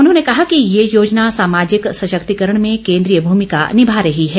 उन्होंने कहा कि यह योजना सामाजिक सशक्तिकरण में केन्द्रिय भूमिका निभा रही है